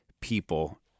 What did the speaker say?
people